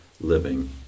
living